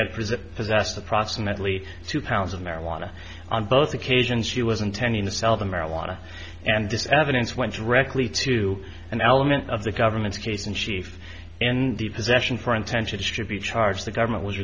it possessed approximately two pounds of marijuana on both occasions she was intending to sell the marijuana and this evidence went directly to an element of the government's case in chief and the possession for intention distribute charge the government was